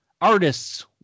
artists